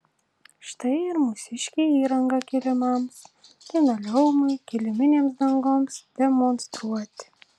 štai ir mūsiškė įranga kilimams linoleumui kiliminėms dangoms demonstruoti